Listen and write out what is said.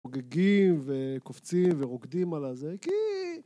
חוגגים וקופצים ורוקדים על הזה כייייייייייייייייייייייייייי